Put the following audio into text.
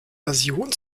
version